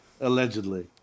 Allegedly